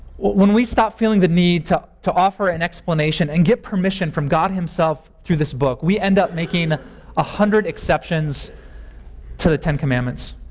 when we stop feeling the need to to offer an explanation and get permission from god himself through this book, we end up making one ah hundred exceptions to the ten commandments.